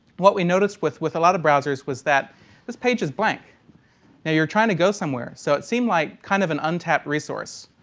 what we noticed with with a lot of browsers was that this page is blank. now you're trying to go somewhere, so it seemed like kind of an untapped resource.